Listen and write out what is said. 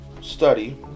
study